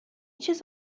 چیز